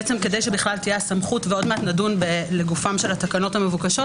בעצם כדי שבכלל תהיה הסמכות ועוד מעט נדון לגופם של התקנות המבוקשות